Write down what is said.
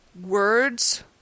words